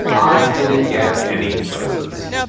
i didn't get any presents.